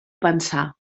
pensar